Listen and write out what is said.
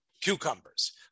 cucumbers